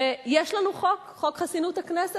ויש לנו חוק, חוק חסינות חברי הכנסת.